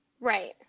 Right